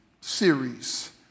series